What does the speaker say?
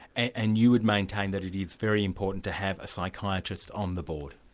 and you would maintain that it is very important to have a psychiatrist on the board?